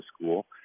school